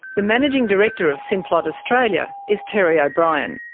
the managing director of simplot australia is terry o'brien.